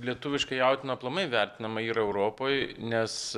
lietuviška jautiena aplamai vertinama yra europoj nes